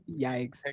Yikes